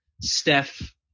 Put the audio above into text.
Steph